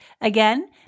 again